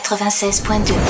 96.2